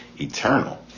Eternal